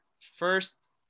first